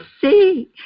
see